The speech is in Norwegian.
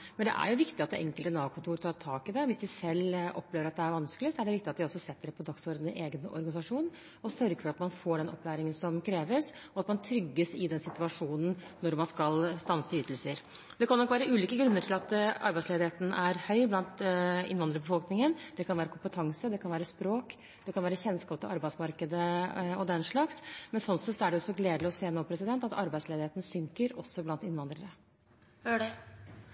Det er viktig at det enkelte Nav-kontor tar tak i det hvis de selv opplever at det er vanskelig. Det er viktig at de setter det på dagsordenen i egen organisasjon og sørger for at man får den opplæringen som kreves, og at man trygges i situasjonen når man skal stanse ytelser. Det kan nok være ulike grunner til at arbeidsledigheten er høy blant innvandrerbefolkningen. Det kan være kompetanse, språk, kjennskap til arbeidsmarkedet og den slags, men slik sett er det gledelig å se at arbeidsledigheten nå synker, også blant innvandrere.